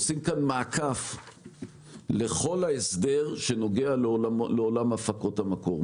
עושים כאן מעקף לכל ההסדר שנוגע לעולם הפקות המקור.